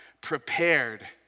prepared